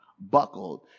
buckled